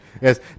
Yes